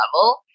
level